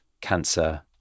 cancer